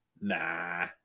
Nah